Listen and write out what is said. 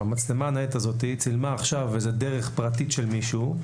המצלמה הניידת הזאת צילמה עכשיו איזו דרך פרטית של מישהו,